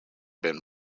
been